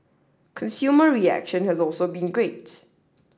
consumer reaction has also been great